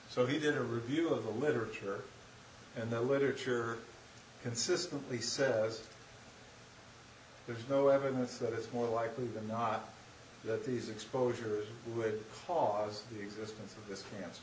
so he did a review of the literature and the literature consistently says there is no evidence that it's more likely than not that this exposure would cause the existence of